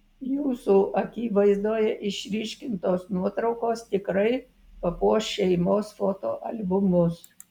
jūsų akivaizdoje išryškintos nuotraukos tikrai papuoš šeimos fotoalbumus